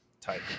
type